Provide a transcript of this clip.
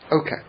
Okay